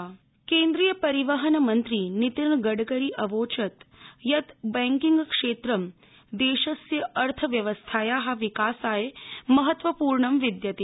नितिनगडकरी केन्द्रीय परिवहन मन्त्री नितिनगडकरी अवोचत् यत् बैंकिंगक्षेत्रं देशस्य अर्थव्यवस्थाया विकासाय महत्त्वप्र्ण विद्यते